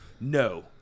No